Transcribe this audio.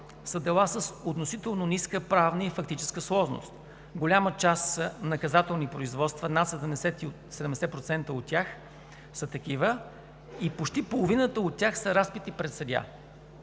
са делата с относително ниска правна и фактическа сложност – голяма част наказателни производства са такива – над 70% от тях, и почти половината от тях са разпити пред съдия.